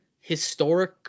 Historic